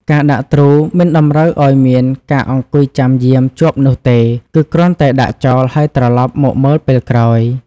ការដាក់ទ្រូ មិនតម្រូវឲ្យមានការអង្គុយចាំយាមជាប់នោះទេ គឺគ្រាន់តែដាក់ចោលហើយត្រឡប់មកមើលពេលក្រោយ។